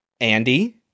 Andy